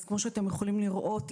כמו שאתם יכולים לראות,